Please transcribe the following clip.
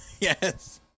Yes